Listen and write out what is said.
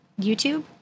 YouTube